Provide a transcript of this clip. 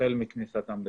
החל מכניסתן לתוקף.